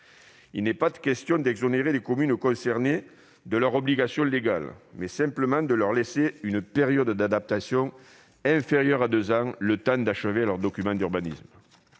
Il n'est pas question d'exonérer les communes concernées de leurs obligations légales, mais simplement de leur laisser une période d'adaptation, inférieure à deux ans, le temps d'achever leur document d'urbanisme.